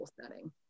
setting